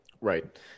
right